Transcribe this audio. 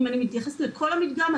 אם אני מתייחסת לכל המדגם,